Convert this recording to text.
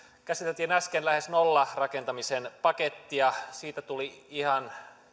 käsiteltiin lähes nollarakentamisen pakettia siitä tuli ihan